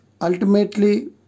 ultimately